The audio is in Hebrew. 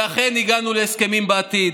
שאכן הגענו להסכמים בעתיד,